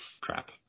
Crap